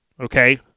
Okay